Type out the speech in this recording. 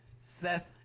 Seth